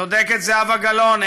צודקת זהבה גלאון,